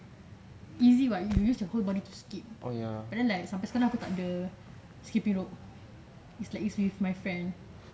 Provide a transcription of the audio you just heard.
easy what you use the whole body skip but then like sampai sekarang aku tak ada skipping rope it's like it's with my friend